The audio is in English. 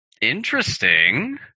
Interesting